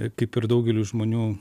kaip ir daugeliui žmonių